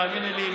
והאמיני לי,